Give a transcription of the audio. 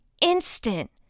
instant